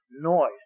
noise